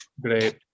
Great